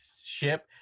ship